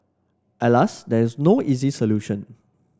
alas there is no easy solution